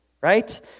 right